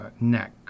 neck